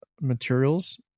materials